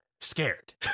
scared